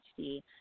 HD